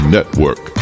Network